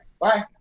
Bye